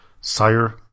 Sire